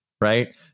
right